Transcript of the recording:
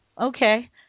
okay